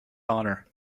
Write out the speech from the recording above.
honor